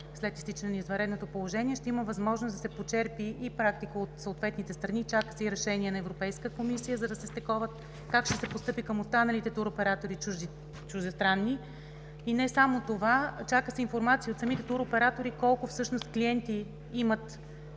след изтичане на извънредното положение, ще има възможност да се почерпи и практика от съответните страни. Чака се и решение на Европейската комисия, за да се стиковат как ще се постъпи към останалите чуждестранни туроператори? Не само това, чака се информация от самите туроператори колко всъщност подобни клиенти имат,